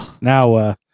Now